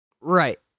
Right